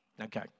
Okay